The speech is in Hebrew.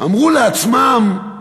אמרו לעצמם: